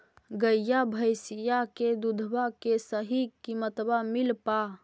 गईया भैसिया के दूधबा के सही किमतबा मिल पा?